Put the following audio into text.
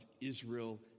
Israel